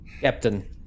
Captain